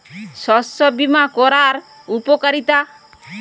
শস্য বিমা করার উপকারীতা?